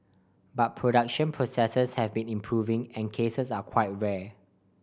but production processes have been improving and cases are quite rare